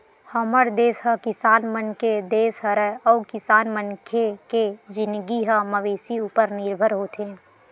हमर देस ह किसान मन के देस हरय अउ किसान मनखे के जिनगी ह मवेशी उपर निरभर होथे